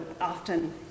often